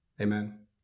Amen